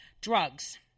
Drugs